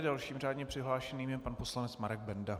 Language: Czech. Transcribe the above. Dalším řádně přihlášeným je pan poslanec Marek Benda.